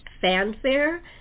Fanfare